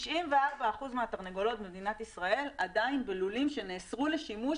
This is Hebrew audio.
94 אחוזים מהתרנגולות במדינת ישראל עדיין בלולים שנאסרו לשימוש